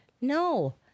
No